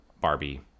Barbie